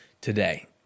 today